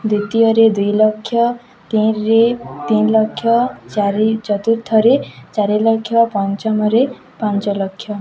ଦ୍ୱିତୀୟରେ ଦୁଇ ଲକ୍ଷ ତିନିରେ ତିନ ଲକ୍ଷ ଚାରି ଚତୁର୍ଥରେ ଚାରିିଲକ୍ଷ ପଞ୍ଚମରେ ପାଞ୍ଚଲକ୍ଷ